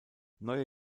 neue